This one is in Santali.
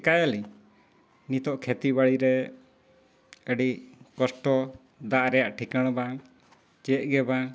ᱪᱤᱠᱟᱹᱭᱟᱞᱤᱧ ᱱᱤᱛᱳᱜ ᱠᱷᱮᱛᱤ ᱵᱟᱲᱤ ᱨᱮ ᱟᱹᱰᱤ ᱠᱚᱥᱴᱚ ᱫᱟᱜ ᱨᱮᱱᱟᱜ ᱴᱷᱤᱠᱟᱹᱱ ᱵᱟᱝ ᱪᱮᱫ ᱜᱮ ᱵᱟᱝ